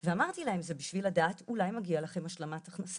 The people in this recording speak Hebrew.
אז אמרתי להם שזה בשביל לדעת אולי מגיע לכם השלמת הכנסה.